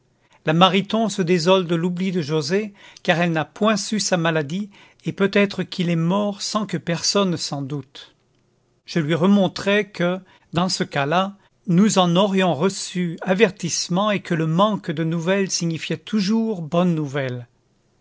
la mariton se désole de l'oubli de joset car elle n'a point su sa maladie et peut-être qu'il est mort sans que personne s'en doute je lui remontrai que dans ce cas-là nous en aurions reçu avertissement et que le manque de nouvelles signifiait toujours bonnes nouvelles